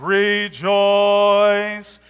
rejoice